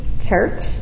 church